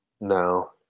No